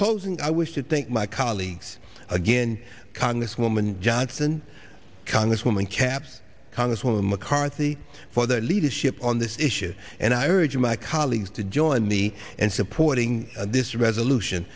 closing i wish to thank my colleagues again congresswoman johnson congresswoman capps congresswoman mccarthy for their leadership on this issue and i urge my colleagues to join me and supporting this resolution